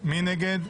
מי נגד?